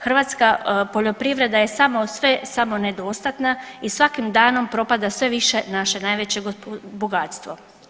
Hrvatska poljoprivreda je sve samo ne dostatna i svakim danom propada sve više naše najveće bogatstvo.